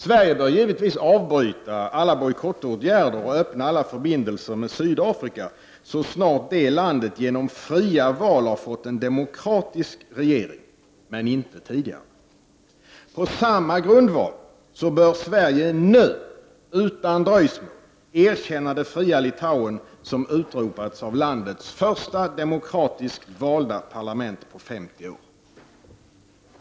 Sverige bör givetvis avbryta alla bojkottåtgärder och öppna alla förbindelser med Sydafrika så snart det landet genom fria val har fått en demokra tisk regering — men inte tidigare. På samma grundval bör Sverige nu utan dröjsmål erkänna det fria Litauen, som utropats av landets första demokratiskt valda parlament på 50 år.